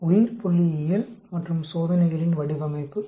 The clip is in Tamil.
உயிர்புள்ளியியல் மற்றும் சோதனைகளின் வடிவமைப்பு பேரா